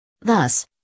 Thus